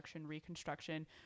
reconstruction